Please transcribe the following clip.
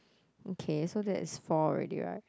okay so that is four already right